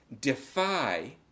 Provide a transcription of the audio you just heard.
defy